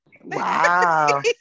Wow